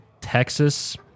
Texas